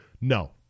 No